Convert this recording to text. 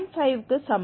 5 க்கு சமம்